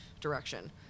direction